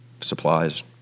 supplies